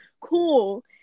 cool